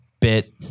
bit